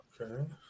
Okay